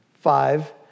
Five